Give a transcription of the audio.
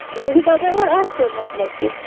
یوٗتاہ تۄہہِ اور آسیو مطلب کہِ